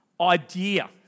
idea